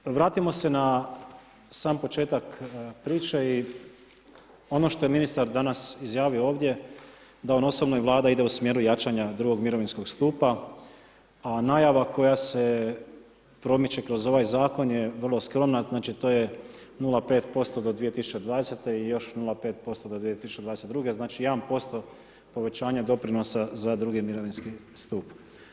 Dakle, vratimo se na sam početak priče i ono što je ministar danas izjavio ovdje da on osobno i Vlada ide u smjeru jačanja drugog mirovinskog stupa a najava koja se promiče kroz ovaj zakon je vrlo skromna, znači to je 0,5 do 2020. i još 0,5 do 2022., znači 1% povećanja doprinosa za drugi mirovinski stup.